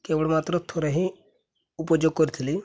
କେବଳ ମାତ୍ର ଥରେ ହିଁ ଉପଯୋଗ କରିଥିଲି